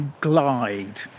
glide